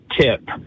tip